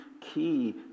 key